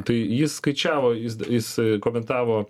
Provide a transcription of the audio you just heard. tai jis skaičiavo jis jis komentavo